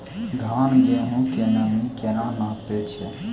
धान, गेहूँ के नमी केना नापै छै?